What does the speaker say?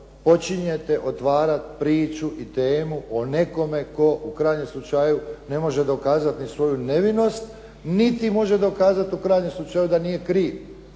počinjete otvarati priču i temu o nekome tko u krajnjem slučaju ne može dokazati ni svoju nevinost, niti može dokazati u krajnjem slučaju da nije kriv.